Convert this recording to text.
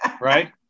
Right